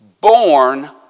born